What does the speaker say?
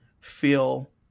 feel